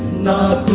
know